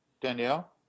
Danielle